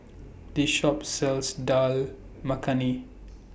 This Shop sells Dal Makhani